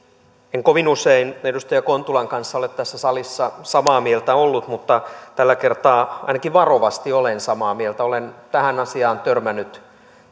en kovin usein edustaja kontulan kanssa ole tässä salissa samaa mieltä ollut mutta tällä kertaa ainakin varovasti olen samaa mieltä olen tähän asiaan törmännyt